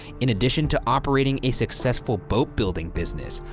in addition to operating a successful boat-building business,